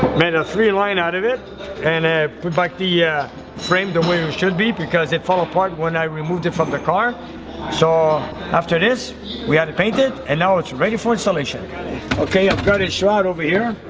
made a three line out of it and ah but like the yeah frame the winner should be because it fell apart when i removed it from the car so after this we had to paint it and now it's ready for installation okay i've got it shroud over here